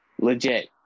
legit